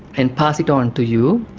and passes it on to you,